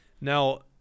Now